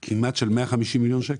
של כמעט 150 מיליון שקל.